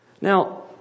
Now